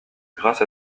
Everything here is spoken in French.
grâce